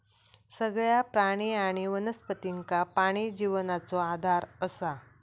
सगळ्या प्राणी आणि वनस्पतींका पाणी जिवनाचो आधार असा